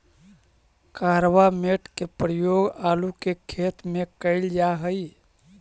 carbamate के प्रयोग आलू के खेत में कैल जा हई